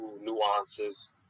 nuances